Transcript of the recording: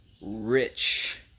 rich